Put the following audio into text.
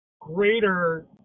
greater